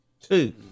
Two